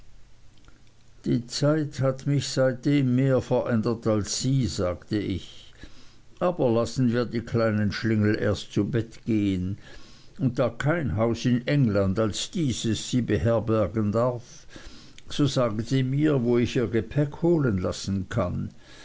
die zeit hat mich seitdem mehr verändert als sie sagte ich aber lassen wir die kleinen schlingel erst zu bett gehen und da kein haus in england als dieses sie beherbergen darf so sagen sie mir wo ich ihr gepäck holen lassen kann